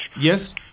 yes